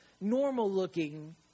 normal-looking